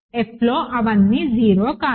F లో అవన్నీ zero కాదు